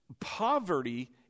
poverty